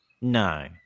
No